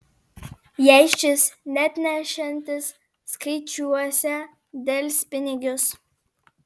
jei šis neatnešiantis skaičiuosią delspinigius